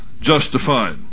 justified